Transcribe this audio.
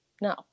no